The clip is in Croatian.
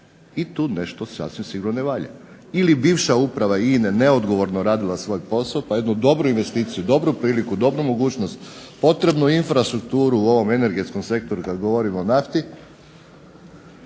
i tu nešto sasvim sigurno ne valja. Ili bivša uprava INA-e neodgovorno radila svoj posao, pa jednu dobru investiciju, dobru priliku, dobru mogućnost, potrebnu infrastrukturu u ovom energetskom sektoru, kad govorimo o nafti,